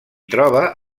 troba